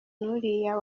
n’uriya